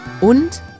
Und